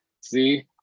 See